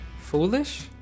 Foolish